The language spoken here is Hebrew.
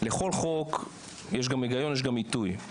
לכל חוק יש גם היגיון ויש גם עיתוי.